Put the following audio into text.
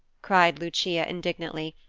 cried lucia indignantly,